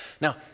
Now